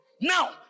Now